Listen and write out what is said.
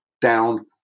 down